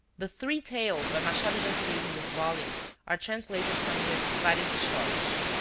the three tales by machado de assis in this volume are translated from his varias historias.